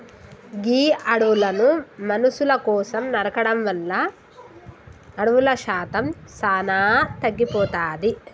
గీ అడవులను మనుసుల కోసం నరకడం వల్ల అడవుల శాతం సానా తగ్గిపోతాది